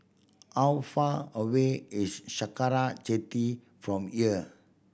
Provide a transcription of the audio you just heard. how far away is Sakra Jetty from here